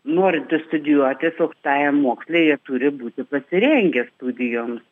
norintys studijuoti tiesiog tajam moksle jie turi būti pasirengę studijoms